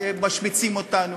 ומשמיצים אותנו,